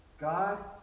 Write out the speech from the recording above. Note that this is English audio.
God